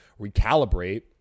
recalibrate